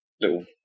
little